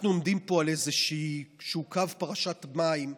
אנחנו עומדים פה על איזשהו קו פרשת מים,